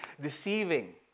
deceiving